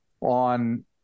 on